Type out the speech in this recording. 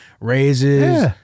raises